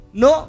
no